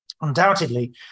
Undoubtedly